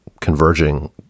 converging